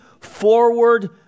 forward